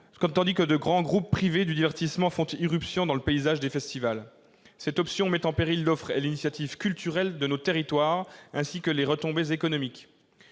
tandis que de grands groupes privés du divertissement font irruption dans le paysage des festivals. Cette option met en péril l'offre et l'initiative é de nos territoires, ainsi que les retombées économiques.